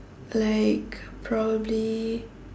like probably